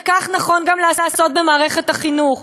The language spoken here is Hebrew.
וכך נכון לעשות גם במערכת החינוך.